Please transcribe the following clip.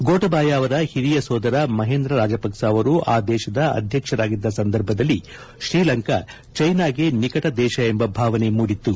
ಗೋಟಬಾಯ ಅವರ ಹಿರಿಯ ಸೋದರ ಮಹೇಂದ್ರ ರಾಜಪಕ್ಷ ಅವರು ಆ ದೇತದ ಅಧ್ಯಕ್ಷರಾಗಿದ್ದ ಸಂದರ್ಭದಲ್ಲಿ ಶ್ರೀಲಂಕಾ ಚೈನಾಗೆ ನಿಕಟ ದೇಶ ಎಂಬ ಭಾವನೆ ಮೂಡಿತು